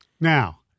Now